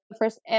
first